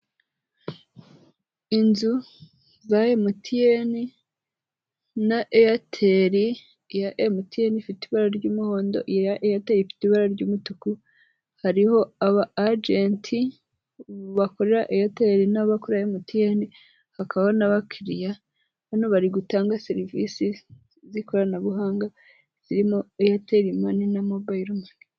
Inzu za Emutiyeni na Eyateli, iya Emutiyeni ifite ibara ry'umuhondo, iya Eyateli ifite ibara ry'umutuku, hariho aba ajenti bakorera Eyateli n'abakorera Emutiyeni, hakabaho n'abakiriya, hano bari gutanga serivisi z'ikoranabuhanga zirimo Eyateli mani na mobayiro mani.